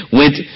went